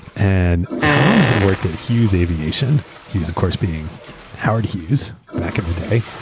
and tom had worked at hughes aviation. he was of course being howard hughes back in the day.